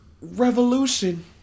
Revolution